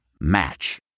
Match